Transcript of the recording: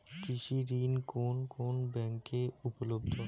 কৃষি ঋণ কোন কোন ব্যাংকে উপলব্ধ?